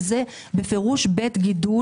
זה בפירוש בית גידול